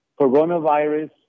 coronavirus